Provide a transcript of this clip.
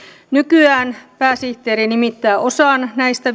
nykyään pääsihteeri nimittää osan näistä